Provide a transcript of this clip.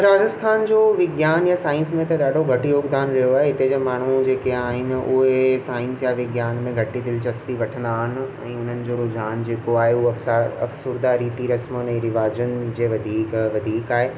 राजस्थान जो विज्ञान या साइंस में त ॾाढो घटि योगदान रहियो आहे इते जेके माण्हू जेके आहिनि उहे साइंस या विज्ञान में घटि ई दिलचस्पी वठंदा आहिनि ऐं उन्हनि जो रुझान जेको आहे उहा अक्सरि रिती रस्म ऐं रवाजुनि खे वधीक वधीक आहे